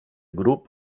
grup